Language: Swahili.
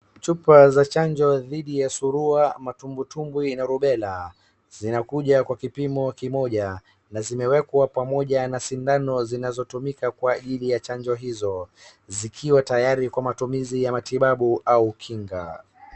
Chupa za chanjo dhidi ya surua, matumbutumbwi na Rubela zinakuja kwa kipimo kimoja na zimewekwa pamoja na sindano zinazotumika kwa ajili ya chanjo hizo zikiwa tayari kwa matumizi ya matibabu au kinga.